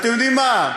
אתם יודעים מה?